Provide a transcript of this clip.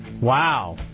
wow